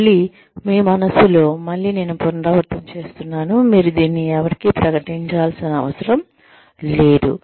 మళ్ళీ మీ మనస్సులో మళ్ళీ నేను పునరావృతం చేస్తున్నాను మీరు దీన్ని ఎవరికీ ప్రకటించాల్సిన అవసరం లేదు